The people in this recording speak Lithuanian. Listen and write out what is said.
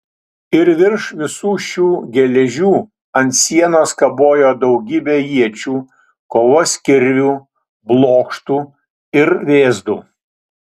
ir virš visų šių geležių ant sienos kabojo daugybė iečių kovos kirvių blokštų ir vėzdų